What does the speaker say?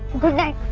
goodnight!